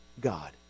God